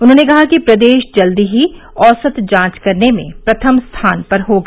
उन्होंने कहा कि प्रदेश जल्द ही औसत जांच करने में प्रथम स्थान पर होगा